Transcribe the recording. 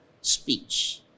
speech